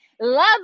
love